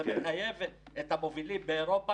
זה מחייב את המובילים באירופה,